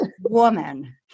woman